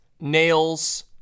nails